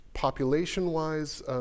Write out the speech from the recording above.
Population-wise